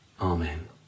Amen